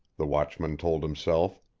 the watchman told himself.